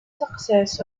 success